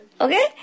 Okay